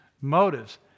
motives